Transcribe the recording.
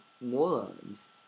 morons